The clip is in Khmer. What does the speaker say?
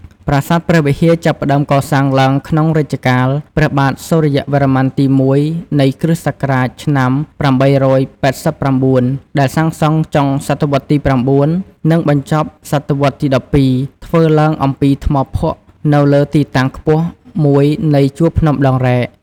ប្រាសាទព្រះវិហារចាប់ផ្ដើមកសាងឡើងក្នុងរជ្ជកាល ព្រះបាទសុរិយវរ្ម័នទីមួយនៃគ្រិស្តសករាជឆ្នាំ៨៨៩ ដែលសាងសង់ចុងស.វ ទី៩ និងបញ្ចប់ស.វ.ទី១២ ធ្វើឡើងអំពីថ្មភក់នៅលើទីតាំងខ្ពស់មួយនៃជួរភ្នំដងរែក។